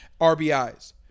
RBIs